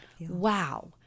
Wow